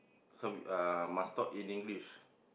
some ah must talk in English